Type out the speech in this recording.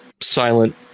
silent